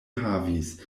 havis